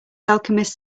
alchemist